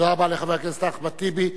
תודה רבה לחבר הכנסת אחמד טיבי.